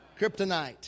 Kryptonite